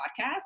podcast